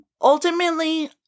Ultimately